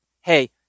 Hey